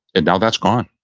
and that's gone.